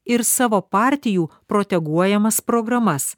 ir savo partijų proteguojamas programas